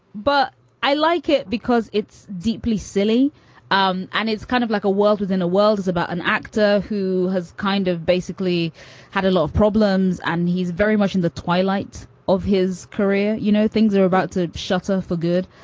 but i like it because it's deeply silly um and it's kind of like a world within a world about an actor who has kind of basically had a lot of problems. and he's very much in the twilight of his career. you know, things are about to shut up for good.